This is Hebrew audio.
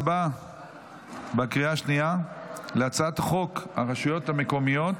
להצבעה בקריאה השנייה על הצעת חוק הרשויות המקומיות